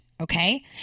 Okay